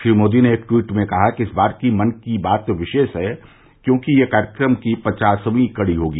श्री मोदी ने एक ट्वीट में कहा कि इस बार की मन की बात विशेष है क्योंकि यह कार्यक्रम की पचासवीं कड़ी होगी